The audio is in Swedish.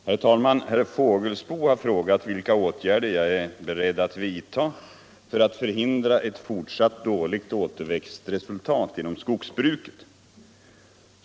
Herr talman! Herr Fågelsbo har frågat vilka åtgärder jag är beredd att vidta för att förhindra ett fortsatt dåligt återväxtresultat inom skogsbruket.